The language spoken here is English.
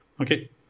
okay